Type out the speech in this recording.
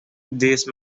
these